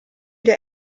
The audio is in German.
der